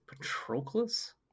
Patroclus